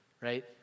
right